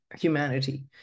humanity